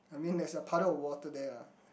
I mean there is a puddle of water there lah